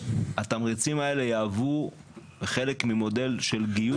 שהתמריצים האלה יעברו כחלק ממודל של גיוס ושימור.